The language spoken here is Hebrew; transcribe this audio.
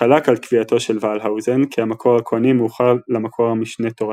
חלק על קביעתו של ולהאוזן כי המקור הכוהני מאוחר למקור המשנה-תורתי.